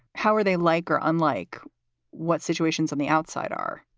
how are they like or unlike what situations on the outside are?